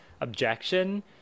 objection